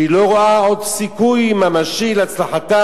שהיא לא רואה עוד סיכוי ממשי להצלחתה,